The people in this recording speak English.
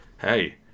Hey